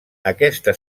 aquesta